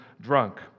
drunk